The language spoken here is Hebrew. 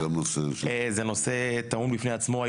זה נושא טעון בפני עצמו.